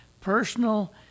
personal